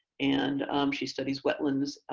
and she studies wetlands,